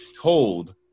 told